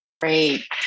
Great